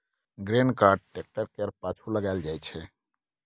grain cart tractor केर पाछु लगाएल जाइ छै